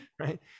right